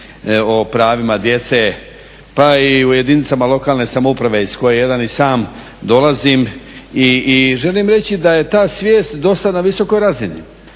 o pravima djece pa i u jedinicama lokalne samouprave iz koje jedne i sam dolazim i želim reći da je ta svijest dosta na visokoj razini.